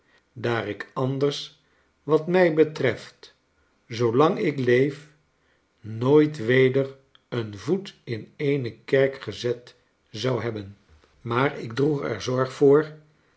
daar ik anders wat mij betreft zoo lang ik leef nooit weder een voet in eene kerk gezet zou hebben maar ik droeg er zorg voor